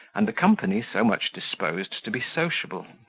and the company so much disposed to be sociable.